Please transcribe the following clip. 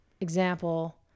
example